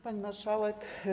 Pani Marszałek!